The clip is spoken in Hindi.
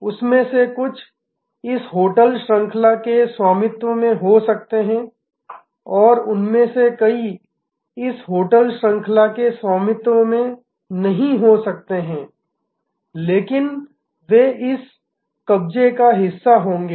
उनमें से कुछ इस होटल श्रृंखला के स्वामित्व में हो सकते हैं और उनमें से कई इस होटल श्रृंखला के स्वामित्व में नहीं हो सकते हैं लेकिन वे इस कब्जे का हिस्सा होंगे